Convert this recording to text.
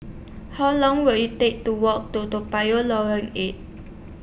How Long Will IT Take to Walk to Toa Payoh Lorong eight